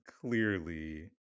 clearly